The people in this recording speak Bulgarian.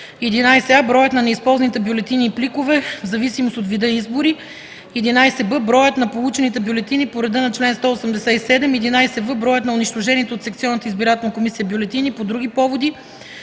„11а. броят на неизползваните бюлетини и пликове в зависимост от вида избори; 11б. броят на получените бюлетини по реда на чл. 187; 11в. броят на унищожените от секционната избирателна комисия бюлетини по други поводи;”